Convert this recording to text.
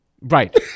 right